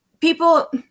people